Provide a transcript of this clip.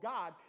God